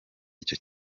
icyo